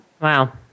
Wow